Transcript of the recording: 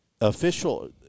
Official